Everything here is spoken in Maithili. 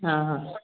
हाँ